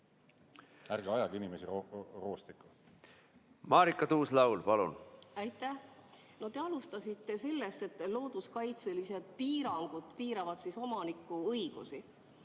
Ärge ajage inimesi roostikku! Marika Tuus-Laul, palun! Aitäh! No te alustasite sellest, et looduskaitselised piirangud piiravad omaniku õigusi.